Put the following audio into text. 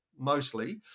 mostly